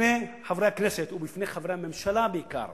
בפני חברי הכנסת ובפני חברי הממשלה בעיקר